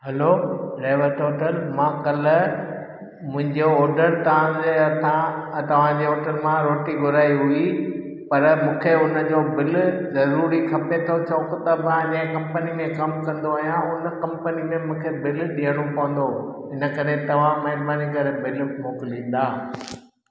हलो रहेवत होटल मां कल्ह मुंहिंजो ऑडर तव्हांजे हितां तव्हांजे होटल मां रोटी घुराई हुई पर मूंखे हुनजो बिल ज़रूरी खपे थो छो की मां जंहिं कंपनी में कमु कंदो आहियां हुन कंपनी में मूंखे बिल ॾियणो पवंदो इनकरे तव्हां महिरबानी करे बिल मोकिलींदा